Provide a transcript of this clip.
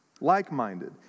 Like-minded